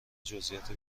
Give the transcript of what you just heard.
جزییات